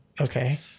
Okay